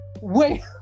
Wait